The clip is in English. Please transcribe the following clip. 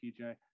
PJ